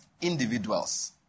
Individuals